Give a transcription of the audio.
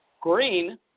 Green